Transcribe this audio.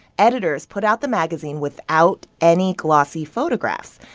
editors put out the magazine without any glossy photographs.